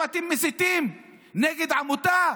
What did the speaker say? עכשיו אתם מסיתים נגד עמותה,